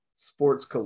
Sports